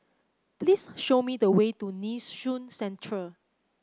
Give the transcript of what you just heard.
please show me the way to Nee Soon Central